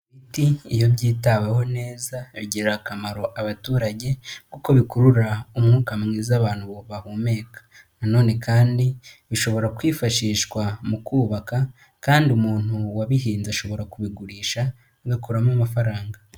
Ibiti iyo byitaweho neza bigirira akamaro abaturage kuko bikurura umwuka mwiza abantu bahumeka, na none kandi bishobora kwifashishwa mu kubaka kandi umuntu wabihinze ashobora kubigurisha agakuramo amafaranga.